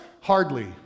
Hardly